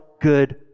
good